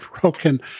broken